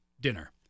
dinner